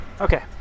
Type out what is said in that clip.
okay